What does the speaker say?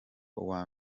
uwa